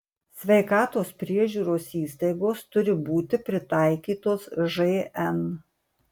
sveikatos priežiūros įstaigos turi būti pritaikytos žn